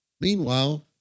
Meanwhile